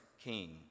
king